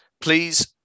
please